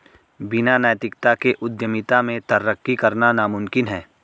बिना नैतिकता के उद्यमिता में तरक्की करना नामुमकिन है